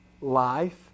life